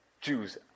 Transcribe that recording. Jews